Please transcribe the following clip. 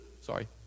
sorry